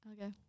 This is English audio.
Okay